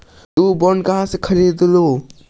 तु बॉन्ड कहा से खरीदलू?